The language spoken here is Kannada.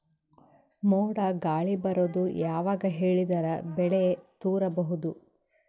ಮೋಡ ಗಾಳಿ ಬರೋದು ಯಾವಾಗ ಹೇಳಿದರ ಬೆಳೆ ತುರಬಹುದು?